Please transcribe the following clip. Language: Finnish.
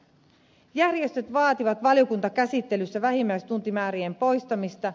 järjestöt vaativat valiokuntakäsittelyssä vähimmäistuntimäärien poistamista